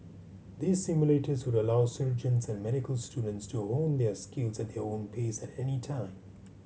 these simulators would allow surgeons and medical students to hone their skills at their own pace at any time